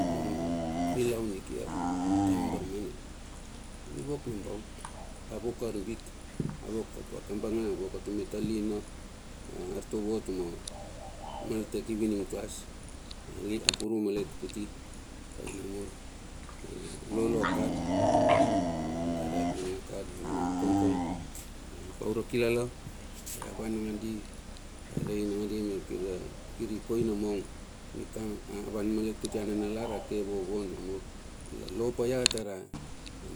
Anung nilaun nikiar ataem a baramana, mi wok nambaut, a wok arbit avok atua kambanga, avok atuma talina, artovo atuma maltech evening class, a purum malet kuti ai namur, alolo akar, a daraep maninga kar nina kongkong pa ura kilala. A van nangandi, arei nangandi mep kiri koina mong, mi kam, avan malet kuti ananalar ake vovon namur la lopa ia tara